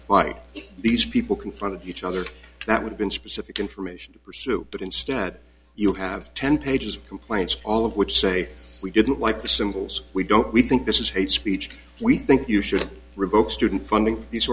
fight if these people confronted each other that would been specific information to pursue but instead you have ten pages of complaints all of which say we didn't like the symbols we don't we think this is hate speech we think you should revoke student funding these